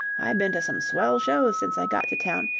i been to some swell shows since i got to town.